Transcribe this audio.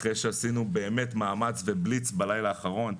אחרי שעשינו באמת מאמץ ובליץ בלילה האחרון,